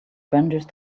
brandished